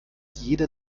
jede